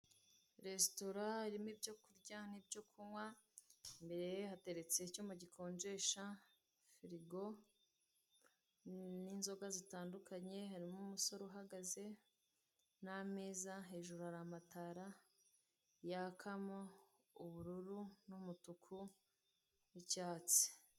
Resitora irimo ibyo kurya n'ibyo kunywa, imbere hateretse icyuma gikonjesha, firigo, n'inzoga zitandukanye, harimo umusore uhagaze, n'ameza, hejuru hari amatara yakamo ubururu n'umutuku n'icyatsi.